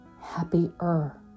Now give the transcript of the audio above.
happier